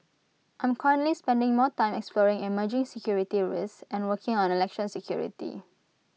I'm currently spending more time exploring emerging security risks and working on election security